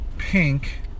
Pink